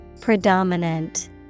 Predominant